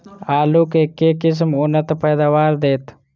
आलु केँ के किसिम उन्नत पैदावार देत?